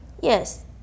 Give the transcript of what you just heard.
Yes